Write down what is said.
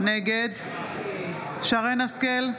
נגד שרן מרים השכל,